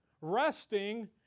resting